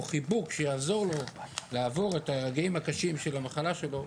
חיבוק שיעזור לו לעבור את הרגעים הקשים של המחלה שלו,